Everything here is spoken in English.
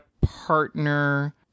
partner